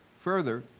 further,